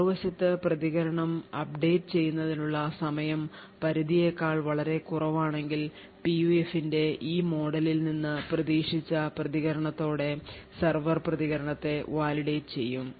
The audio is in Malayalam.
മറുവശത്ത് പ്രതികരണം അപ്ഡേറ്റ് ചെയ്യുന്നതിനുള്ള സമയം പരിധിയേക്കാൾ വളരെ കുറവാണെങ്കിൽ PUF ന്റെ ഈ മോഡലിൽ നിന്ന് പ്രതീക്ഷിച്ച പ്രതികരണത്തോടെ സെർവർ പ്രതികരണത്തെ validate ചെയ്യും